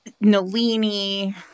nalini